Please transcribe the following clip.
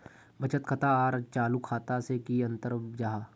बचत खाता आर चालू खाता से की अंतर जाहा?